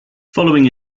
following